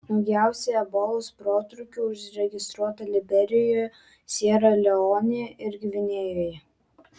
daugiausiai ebolos protrūkių užregistruota liberijoje siera leonėje ir gvinėjoje